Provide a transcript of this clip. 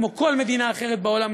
כמו כל מדינה אחרת בעולם,